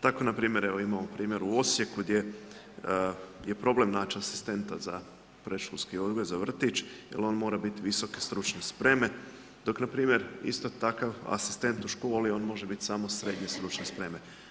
Tako npr. imamo primjer u Osijeku gdje je problem naći asistenta za predškolski odgoj, za vrtić jer on mora biti visoke stručne spreme dok npr. isto takav asistent u školi on može biti samo srednje stručne spreme.